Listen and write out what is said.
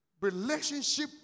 Relationship